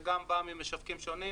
זה גם בא ממשווקים שונים,